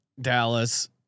Dallas